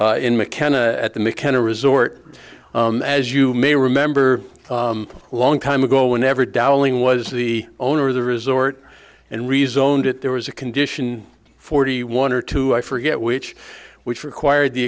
in mckenna at the mckenna resort as you may remember a long time ago whenever dowling was the owner of the resort and rezoned it there was a condition forty one or two i forget which which required the